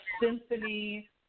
symphony